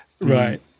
Right